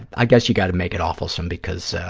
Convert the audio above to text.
i guess you've got to make it awfulsome because